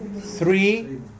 three